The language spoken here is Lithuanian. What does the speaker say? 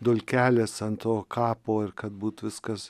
dulkelės ant to kapo ir kad būtų viskas